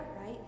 right